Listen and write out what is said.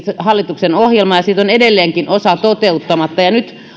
hallituksen ohjelmaan ja siitä on edelleenkin osa toteuttamatta nyt